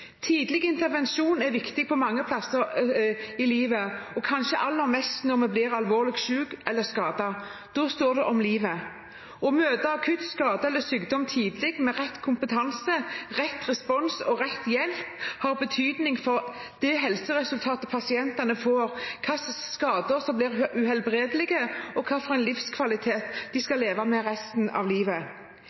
Tidlig intervensjon er viktig mange steder i livet, og kanskje aller mest når man er alvorlig syk eller skadet og det står om livet. Å møte akutt skade eller sykdom tidlig, med rett kompetanse, rett respons og rett hjelp har betydning for det helseresultatet pasientene får, hvilke skader som er uhelbredelige, og hvilken livskvalitet en skal leve med resten av livet.